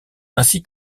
ainsi